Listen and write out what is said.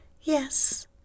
Yes